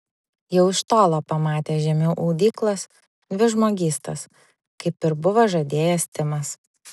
jau iš tolo pamatė žemiau audyklos dvi žmogystas kaip ir buvo žadėjęs timas